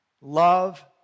love